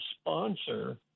sponsor